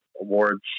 awards